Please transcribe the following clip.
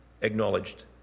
acknowledged